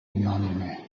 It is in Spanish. unánime